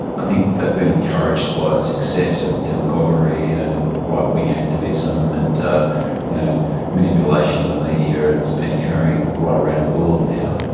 i think they've been encouraged by the success of demagoguery and right-wing activism and you know manipulation of the media, it's been occurring right around the world now.